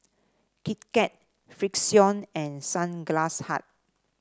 Kit Kat Frixion and Sunglass Hut